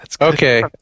Okay